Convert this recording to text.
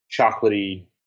chocolatey